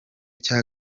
cya